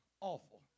awful